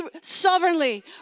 sovereignly